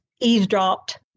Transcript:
eavesdropped